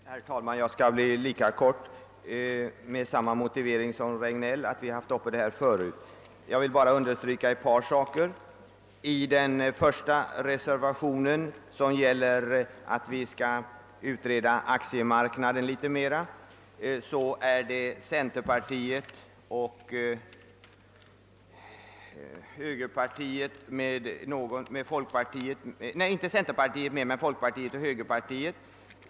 Herr talman! Jag skall göra mitt anförande lika kort, med samma motive ring som herr Regnéll, nämligen att vi har behandlat denna fråga förut. Jag vill bara understryka ett par saker. Det är folkpartiet och moderata samlingspartiet, som står bakom den första reservationen, med hemställan om en närmare utredning om aktiemarknaden.